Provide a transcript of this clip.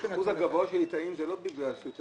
אחוז הגבוה של ליטאים זה לא בגלל שהוא יותר